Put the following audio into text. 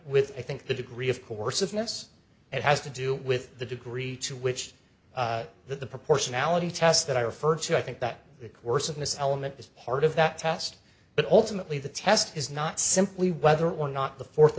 with i think the degree of course of this it has to do with the degree to which the proportionality test that i refer to i think that the course of this element is part of that test but ultimately the test is not simply whether or not the fourth